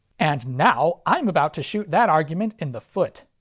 and now, i'm about to shoot that argument in the foot.